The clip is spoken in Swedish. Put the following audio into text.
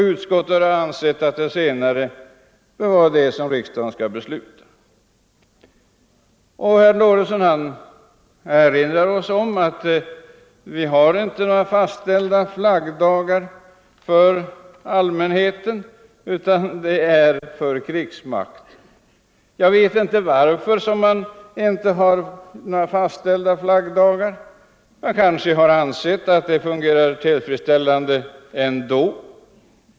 Utskottet har ansett att detta senare bör vara det som riksdagen skall besluta. Herr Lorentzon erinrar oss om att vi inte har några fastställda flaggdagar för allmänheten utan endast för krigsmakten. Man kanske har ansett att det fungerar tillfredsställande ändå.